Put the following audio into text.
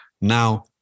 Now